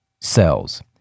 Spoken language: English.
cells